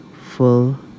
full